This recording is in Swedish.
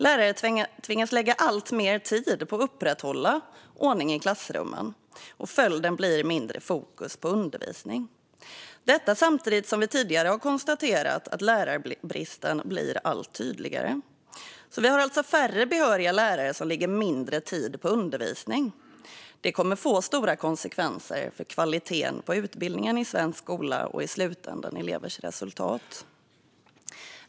Lärare tvingas lägga alltmer tid på att upprätthålla ordning i klassrummen, och följden blir mindre fokus på undervisning. Detta sker samtidigt som lärarbristen blir allt tydligare, något som vi har talat om tidigare. Vi har alltså färre behöriga lärare som lägger mindre tid på undervisning, vilket kommer att få stora konsekvenser för kvaliteten på utbildningen i svensk skola och i slutändan elevers resultat.